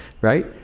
right